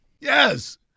Yes